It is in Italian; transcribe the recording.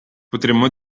potremmo